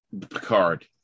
Picard